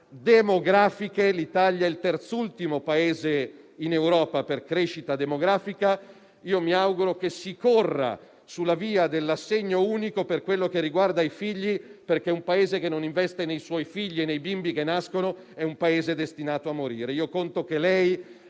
demografiche. L'Italia è il terzultimo Paese in Europa per crescita demografica: mi auguro che si corra sulla via dell'assegno unico per quello che riguarda i figli, perché un Paese che non investe nei suoi figli e nei bimbi che nascono è destinato a morire. Conto che